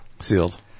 Sealed